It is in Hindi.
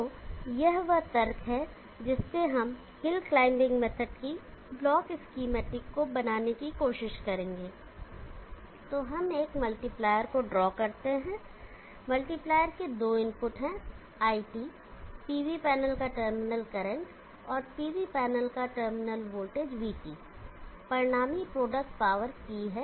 तो यह वह तर्क है जिससे हम हिल क्लाइंबिंग मेथड की ब्लॉक स्कीमेटिक को बनाने की कोशिश करेंगे तो हम एक मल्टीप्लायर को ड्रॉ करते हैं मल्टीप्लायर के दो इनपुट हैं iT PV पैनल का टर्मिनल करंट और PV पैनल का टर्मिनल वोल्टेज vT परिणामी प्रोडक्ट पॉवर P है